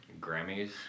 Grammys